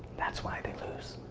that's why they lose.